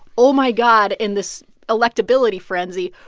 oh, my god, in this electability frenzy,